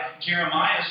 Jeremiah